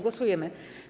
Głosujemy.